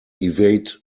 evade